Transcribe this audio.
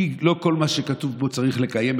כי לא כל מה שכתוב פה צריך לקיים,